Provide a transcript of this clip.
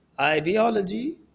ideology